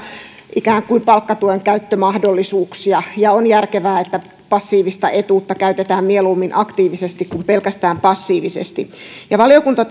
ikään kuin lisää palkkatuen käyttömahdollisuuksia ja on järkevää että passiivista etuutta käytetään mieluummin aktiivisesti kuin pelkästään passiivisesti valiokunta